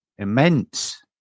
immense